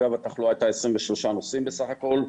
אגב התחלואה הייתה 23 נוסעים בסך הכול,